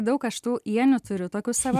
daug aš tų ienių turiu tokių savo